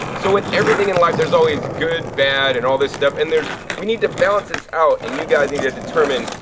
so with everything in life there's always good-bad and all this stuff and there's, we need to balance this out. and you guys need to determine,